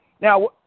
Now